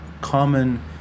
common